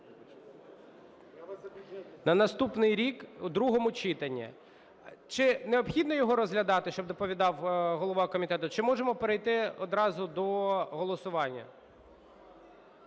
на наступний рік у другому читанні. Чи необхідно його розглядати, щоб доповідав голова комітету? Чи можемо перейти одразу до голосування?